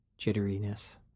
jitteriness